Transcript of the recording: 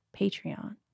Patreon